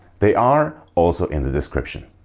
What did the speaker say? they are also in the description.